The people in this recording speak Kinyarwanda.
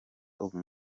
uyu